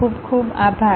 ખુબ ખુબ આભાર